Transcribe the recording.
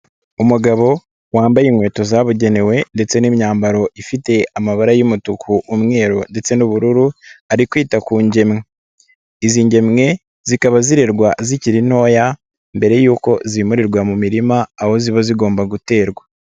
Umugabo wambaye inkweto zabugenewe ndetse n'imyambaro ifite amabara y'umutuku, umweru ndetse n'ubururu, ari kwita ku ngemwe. Izi ngemwe zikaba zirirwa zikiri ntoya mbere yuko zimurirwa mu mirima aho ziba zigomba guterwa.